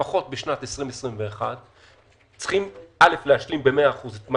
לפחות בשנת 2021 צריכים להשלים ב-100% את מה